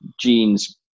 gene's